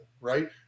right